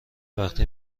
وقتی